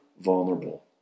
vulnerable